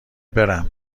برم